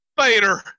Fader